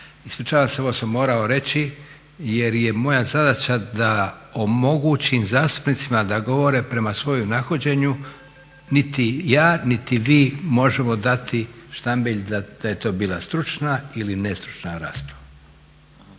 Ispričavam se, ovo sam morao reći jer je moja zadaća da omogućim zastupnicima da govore prema svojem nahođenju. Niti ja, niti vi možemo dati štambilj da je to bila stručna ili nestručna rasprava.